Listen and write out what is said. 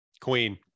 queen